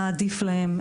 מה עדיף להם,